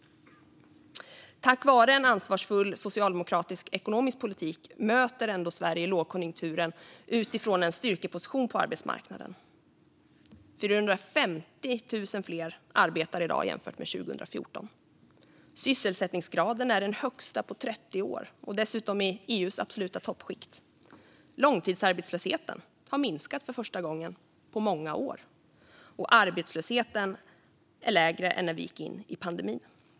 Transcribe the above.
Tack vare en ansvarsfull socialdemokratisk ekonomisk politik möter Sverige ändå lågkonjunkturen utifrån en styrkeposition på arbetsmarknaden. Det är 450 000 fler som arbetar i dag jämfört med 2014. Sysselsättningsgraden är den högsta på 30 år och ligger dessutom i EU:s absoluta toppskikt. Långtidsarbetslösheten har minskat för första gången på många år, och arbetslösheten är lägre än när vi gick in i pandemin.